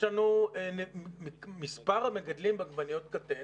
מספר המגדלים קטן.